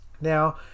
Now